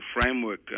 framework